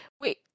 wait